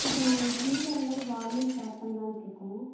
இப்போ நாங்கள் ஒரு சின்ன லெவலில் ஒரு கார்மெண்ஸ் ஸ்டார்ட் பண்ணலான்ட்டு இருக்கோம்